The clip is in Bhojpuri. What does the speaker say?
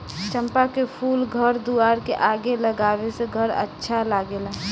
चंपा के फूल घर दुआर के आगे लगावे से घर अच्छा लागेला